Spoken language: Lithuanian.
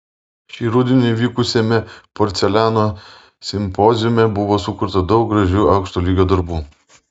šį rudenį vykusiame porceliano simpoziume buvo sukurta daug gražių aukšto lygio darbų